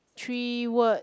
three word